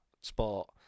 sport